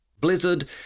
Blizzard